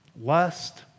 Lust